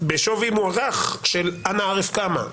בשווי מוערך של אני לא יודע כמה,